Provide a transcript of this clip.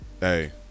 Hey